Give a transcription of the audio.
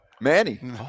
Manny